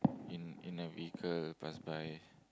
in in the vehicle pass by